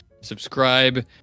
Subscribe